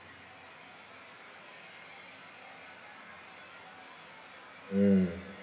mm